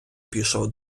пішов